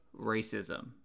racism